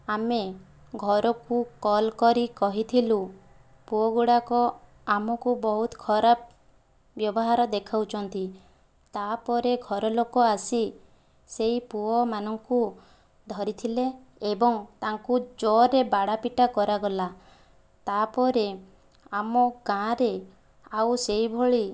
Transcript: ଆମେ ଘରକୁ କଲ୍ କରି କହିଥିଲୁ ପୁଅ ଗୁଡ଼ାକ ଆମକୁ ବହୁତ ଖରାପ ବ୍ୟବହାର ଦେଖାଉଛନ୍ତି ତା'ପରେ ଘର ଲୋକ ଆସି ସେହି ପୁଅମାନଙ୍କୁ ଧରିଥିଲେ ଏବଂ ତାଙ୍କୁ ଜୋର୍ ରେ ବାଡ଼ାପିଟା କରାଗଲା ତା'ପରେ ଆମ ଗାଁରେ ଆଉ ସେହିଭଳି